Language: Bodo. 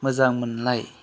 मोजां मोन्नाय